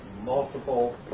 multiple